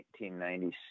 1996